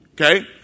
Okay